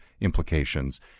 implications